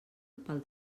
pel